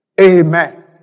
Amen